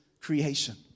creation